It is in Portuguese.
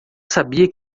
sabia